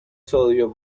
sodio